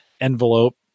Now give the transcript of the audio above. envelope